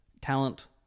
talent